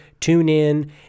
TuneIn